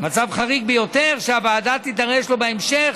ביותר שהוועדה תידרש לו בהמשך,